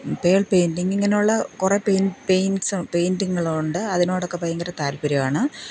pearl painting ഇങ്ങനെയുള്ള കുറേ പെയിന്റിങ്ങൾ ഉണ്ട് അതിനോടൊക്കെ ഭയങ്കര താല്പ്പര്യമാണ്